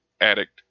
addict